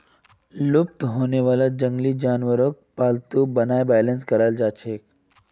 लुप्त हैं जाने वाला जंगली जानवरक पालतू बनाए बेलेंस कराल जाछेक